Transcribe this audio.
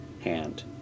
hand